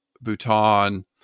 Bhutan